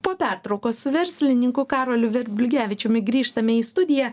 po pertraukos su verslininku karoliu verbliugevičiumi grįžtame į studiją